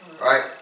right